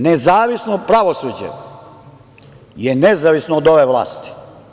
Nezavisno pravosuđe je nezavisno od ove vlasti.